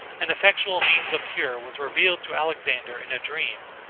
an effectual means of cure was revealed to alexander in a dream,